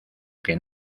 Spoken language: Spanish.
que